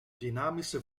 dynamische